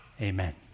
Amen